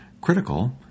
critical